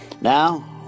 Now